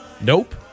Nope